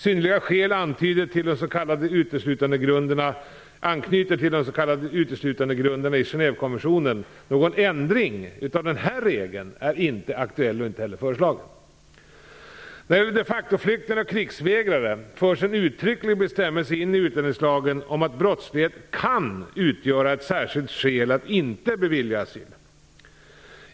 Synnerliga skäl anknyter till de s.k. uteslutandegrunderna i Genèvekonventionen. Någon ändring av denna regel är inte aktuell och följaktligen inte heller föreslagen. När det gäller de facto-flyktingar och krigsvägrare förs en uttrycklig bestämmelse in i utlänningslagen om att brottslighet kan utgöra ett särskilt skäl att inte bevilja asyl.